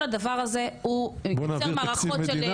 כל הדבר הזה הוא יותר מערכות שטובים יותר,